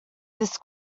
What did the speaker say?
this